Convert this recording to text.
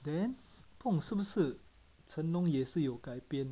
then 不懂是不是成龙也是有改变